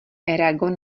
eragon